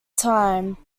time